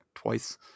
twice